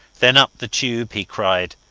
then up the tube he cried,